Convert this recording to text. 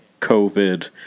covid